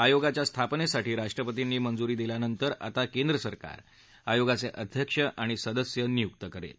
आयोगाच्या स्थापनेसाठी राष्ट्रपतींनी मंजुरी दिल्यानंतर आता केंद्र सरकार आयोगाचे अध्यक्ष आणि सदस्य नियुक्त करणार आहे